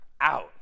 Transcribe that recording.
out